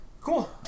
cool